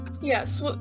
Yes